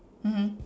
mmhmm